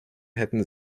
hätten